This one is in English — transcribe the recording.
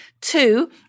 Two